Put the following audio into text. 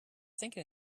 thinking